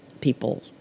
people